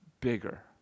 bigger